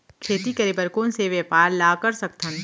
खेती करे बर कोन से व्यापार ला कर सकथन?